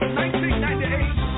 1998